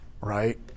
Right